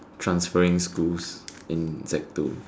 transferring schools in sec two